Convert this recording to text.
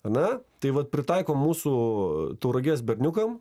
ane tai vat pritaiko mūsų tauragės berniukam